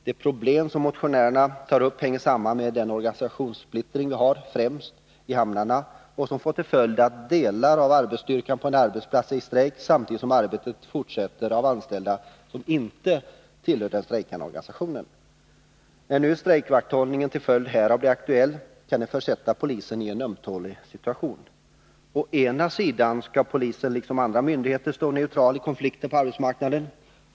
Det problem motionärerna tar upp hänger samman med den organisationssplittring som råder främst i hamnarna och som får till följd att delar av arbetsstyrkan på en arbetsplats är i strejk samtidigt som arbetet fortsätts av anställda som inte tillhör den strejkande organisationen. När nu strejkvakthållning till följd härav blir aktuell kan detta försätta polisen i en ömtålig situation. Å ena sidan skall polisen liksom andra myndigheter stå neutral i konflikter på arbetsmarknaden.